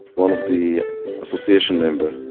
one of the association member,